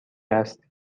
است